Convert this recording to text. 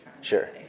sure